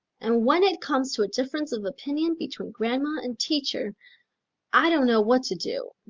and when it comes to a difference of opinion between grandma and teacher i don't know what to do.